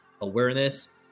awareness